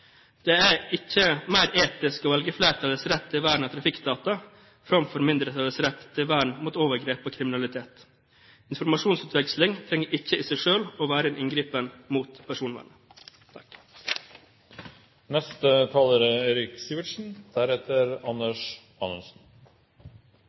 Det er ikke mer etisk å velge flertallets rett til vern av trafikkdata framfor mindretallets rett til vern mot overgrep og kriminalitet. Informasjonsutveksling trenger ikke i seg selv å være en inngripen mot personvernet.